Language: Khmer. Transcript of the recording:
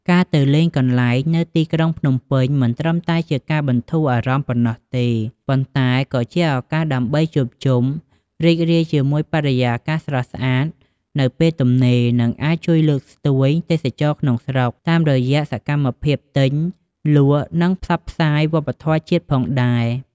ការទៅលេងកន្លែងនៅទីក្រុងភ្នំពេញ មិនត្រឹមតែជាការបន្ធូរអារម្មណ៍ប៉ុណ្ណោះទេ ប៉ុន្តែក៏ជាឱកាសដើម្បីជួបជុំ រីករាយជាមួយបរិយាកាសស្រស់ស្អាតនៅពេលទំនេរ និងអាចជួយលើកស្ទួយទេសចរណ៍ក្នុងស្រុក តាមរយៈសម្មភាពទិញ លក់និងផ្សព្វផ្សាយវប្បធម៌ជាតិផងដែរ។